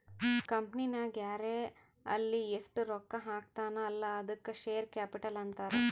ಕಂಪನಿನಾಗ್ ಯಾರೇ ಆಲ್ಲಿ ಎಸ್ಟ್ ರೊಕ್ಕಾ ಹಾಕ್ತಾನ ಅಲ್ಲಾ ಅದ್ದುಕ ಶೇರ್ ಕ್ಯಾಪಿಟಲ್ ಅಂತಾರ್